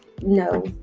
no